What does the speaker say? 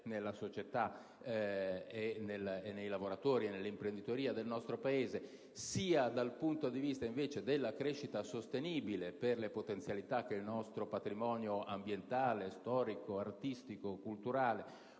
nella società, nei lavoratori e nell'imprenditoria del nostro Paese, sia alla crescita sostenibile, per le potenzialità che il nostro patrimonio ambientale, storico, artistico, culturale